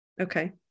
okay